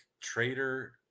Trader